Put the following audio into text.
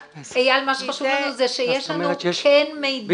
אייל, מה שחשוב לנו זה שיש לנו כן מידע.